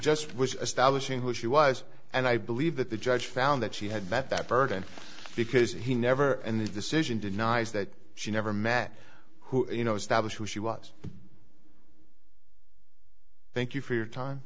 just was establishing who she was and i believe that the judge found that she had met that burden because he never and the decision denies that she never met who you know established who she was thank you for your time